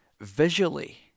visually